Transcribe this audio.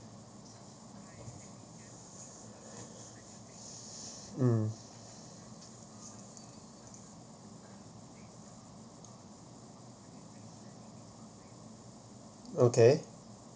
mm okay